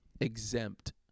exempt